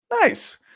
nice